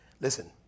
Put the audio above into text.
listen